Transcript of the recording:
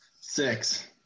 Six